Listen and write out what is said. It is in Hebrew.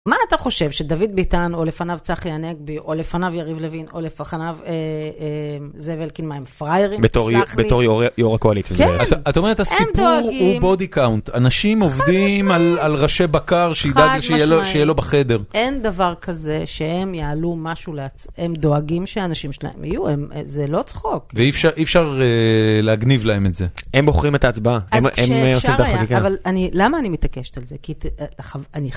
מה אתה חושב שדוד ביטן, או לפניו צחי הנגבי, או לפניו יריב לוין, או לפניו זאב אלקין מה הם פראיירים? בתור יור הקואליציה. את אומרת הסיפור הוא בודי קאונט. אנשים עובדים על ראשי בקר שיהיה לו בחדר. אין דבר כזה שהם יעלו משהו לעצמם. הם דואגים שאנשים שלהם יהיו, זה לא צחוק. ואי אפשר להגניב להם את זה. הם בוחרים את ההצבעה. למה אני מתעקשת על זה? כי...